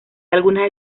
algunas